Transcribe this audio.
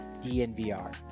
dnvr